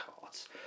cards